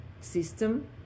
system